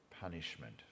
punishment